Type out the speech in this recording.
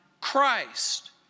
Christ